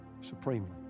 supremely